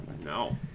No